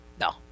No